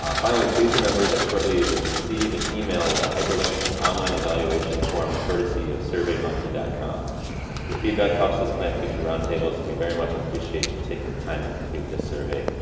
um finally, please remember that shortly you will receive an email with a hyperlink to an online evaluation form courtesy of surveymonkey com. your feedback helps us plan future roundtables and we very much appreciate your taking the time to complete this survey.